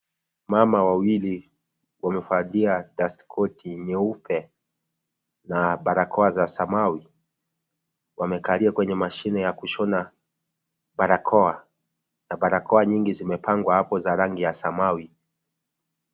Mama wawili wamevalia dust koti nyeupe, na barakoa za samawi. Wamekalia kwenye mashine ya kushona barakoa, na baroka nyingi zimepangwa hapo za rangi ya samawi.